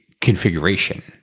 configuration